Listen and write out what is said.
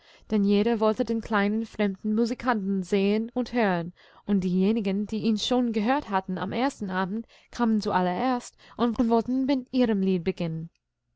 denn jeder wollte den kleinen fremden musikanten sehen und hören und diejenigen die ihn schon gehört hatten am ersten abend kamen zuallererst und wollten mit ihrem